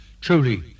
Truly